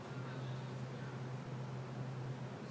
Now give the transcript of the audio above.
תודה.